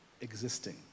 existing